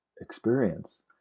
experience